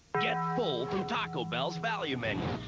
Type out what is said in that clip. get full from taco bell's value menu!